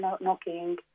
knocking